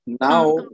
Now